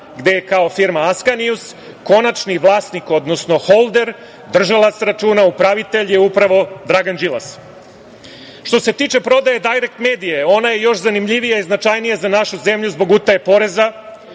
gde je kao firma „Askanijus“ konačni vlasni, odnosno holder, držalac računa, upravitelj je upravo Dragan Đilas. Što se tiče prodaje „Dajrekt medije“, ona je još zanimljivija i značajnija za našu zemlju zbog utaje poreza.